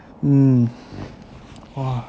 mm !wah!